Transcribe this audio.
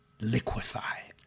liquefy